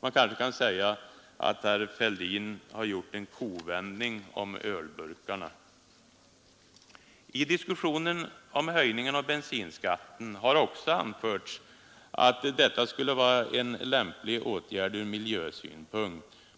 Man kanske kan säga att herr Fälldin gjort en kovändning om ölburkarna. I diskussionen om höjningen av bensinskatten har också anförts att detta skulle vara en lämplig åtgärd ur miljösynpunkt.